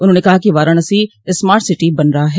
उन्होंने कहा कि वाराणसी स्मार्ट सिटी बन रहा है